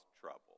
trouble